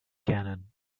cannon